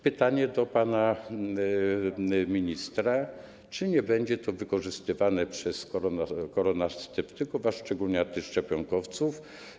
Pytanie do pana ministra: Czy nie będzie to wykorzystywane przez koronasceptyków, a szczególnie antyszczepionkowców?